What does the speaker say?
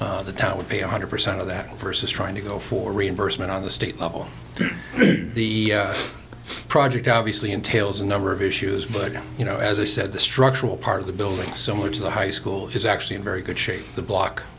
the town would be a hundred percent of that versus trying to go for reimbursement on the state level the project obviously entails a number of issues but you know as i said the structural part of the building so much of the high school is actually in very good shape the block